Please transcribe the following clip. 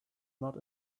not